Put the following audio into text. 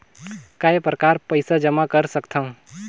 काय प्रकार पईसा जमा कर सकथव?